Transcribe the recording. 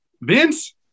vince